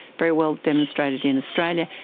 very well demonstrated in australia,